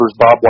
bobwhite